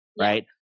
Right